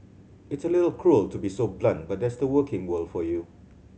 it's a little cruel to be so blunt but that's the working world for you